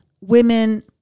women